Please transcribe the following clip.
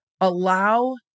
Allow